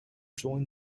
join